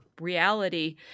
reality—